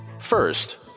First